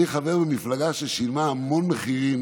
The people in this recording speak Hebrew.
אני חבר במפלגה ששילמה המון מחירים